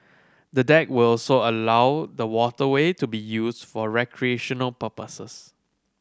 the deck will also allow the waterway to be used for recreational purposes